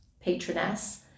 patroness